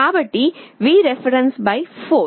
కాబట్టి ఇది Vref 4